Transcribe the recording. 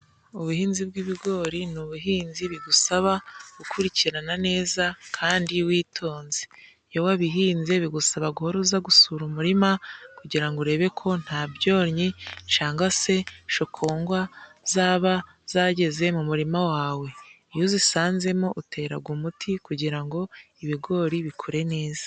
Ubuhinzi bw'ibigori ni ubuhinzi bigusaba gukurikirana neza kandi witonze, iyo wabihinze bigusaba guhora uza gusura umurima, kugira ngo urebe ko nta byonnyi cyangwa se shokongwa zaba zageze mu murima wawe. Iyo uzisanzemo utera umuti kugira ngo ibigori bikure neza.